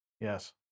yes